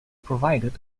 provided